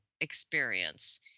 experience